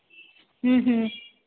ਹਮ ਹਮ